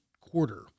quarter